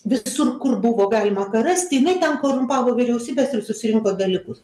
visur kur buvo galima rasti jinai ten korumpavo vyriausybes ir susirinko dalykus